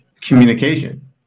communication